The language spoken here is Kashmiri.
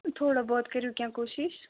تھوڑا بہت کٔرِو کیٚنٛہہ کوٗشِش